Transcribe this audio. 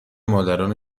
مادران